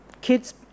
kids